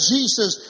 Jesus